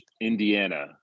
Indiana